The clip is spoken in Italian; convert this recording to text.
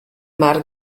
mar